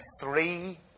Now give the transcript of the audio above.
three